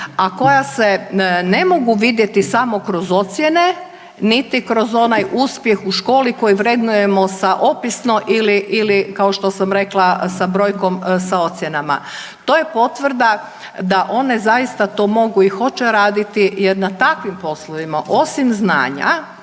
a koja se ne mogu vidjeti samo kroz ocjene niti kroz onaj uspjeh u školi koji vrednujemo sa opisno ili kao što sam rekla sa brojkom sa ocjenama. To je potvrda one zaista to mogu i hoće raditi jer na takvim poslovima osim znanja